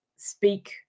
speak